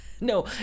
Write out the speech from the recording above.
No